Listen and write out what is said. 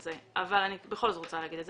זה אבל אני בכל זאת רוצה להגיד את זה.